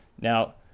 Now